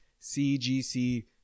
CGC